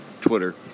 Twitter